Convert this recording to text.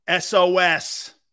SOS